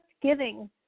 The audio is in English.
giving